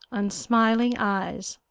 unsmiling eyes.